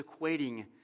equating